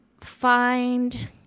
find